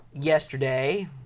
yesterday